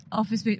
office